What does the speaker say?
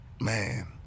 man